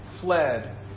fled